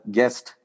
guest